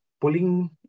pulling